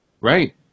Right